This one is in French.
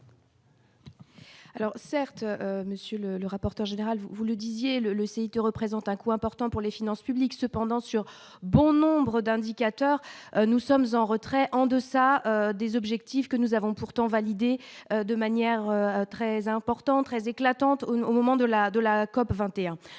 Alors certes, Monsieur le, le rapporteur général, vous, vous le disiez le le CIT représente un coût important pour les finances publiques cependant sur bon nombre d'indicateurs, nous sommes en retrait en deçà des objectifs que nous avons pourtant validé de manière très importante, très éclatante au moment de la de